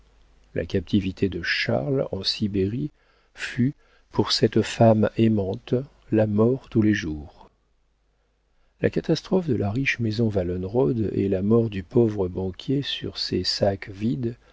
la captivité de charles en sibérie fut pour cette femme aimante la mort tous les jours la catastrophe de la riche maison wallenrod et la mort du pauvre banquier sur ses sacs vides